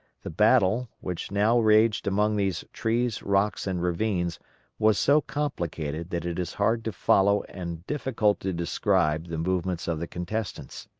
the battle which now raged among these trees, rocks, and ravines was so complicated that it is hard to follow and difficult to describe the movements of the contestants.